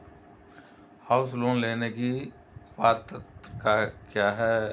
House loan लेने की पात्रता क्या है?